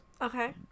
Okay